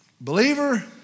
Believer